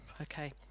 Okay